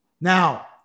Now